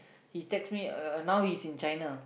he text me uh now he is in China